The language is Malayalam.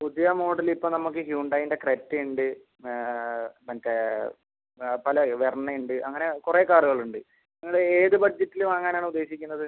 പുതിയ മോഡൽ ഇപ്പം നമുക്ക് ഹ്യുണ്ടായീൻ്റെ ക്രെറ്റ ഉണ്ട് മറ്റേ പല വെർണ ഉണ്ട് അങ്ങനെ കുറെ കാറുകൾ ഉണ്ട് നിങ്ങൾ ഏത് ബഡ്ജറ്റിൽ വാങ്ങാനാണ് ഉദ്ദേശിക്കുന്നത്